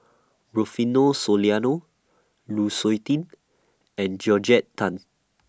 Rufino Soliano Lu Suitin and Georgette Tam